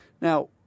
Now